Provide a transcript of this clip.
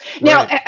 now